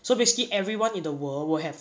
so basically everyone in the world will have